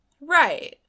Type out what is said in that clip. Right